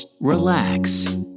relax